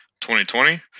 2020